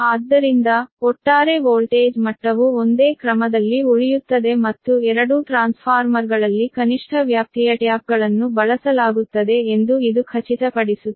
ಆದ್ದರಿಂದ ಒಟ್ಟಾರೆ ವೋಲ್ಟೇಜ್ ಮಟ್ಟವು ಒಂದೇ ಕ್ರಮದಲ್ಲಿ ಉಳಿಯುತ್ತದೆ ಮತ್ತು ಎರಡೂ ಟ್ರಾನ್ಸ್ಫಾರ್ಮರ್ಗಳಲ್ಲಿ ಕನಿಷ್ಠ ವ್ಯಾಪ್ತಿಯ ಟ್ಯಾಪ್ಗಳನ್ನು ಬಳಸಲಾಗುತ್ತದೆ ಎಂದು ಇದು ಖಚಿತಪಡಿಸುತ್ತದೆ